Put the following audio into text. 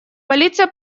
полиция